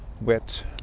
wet